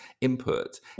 input